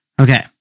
Okay